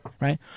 right